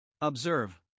Observe